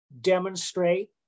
demonstrate